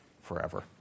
Forever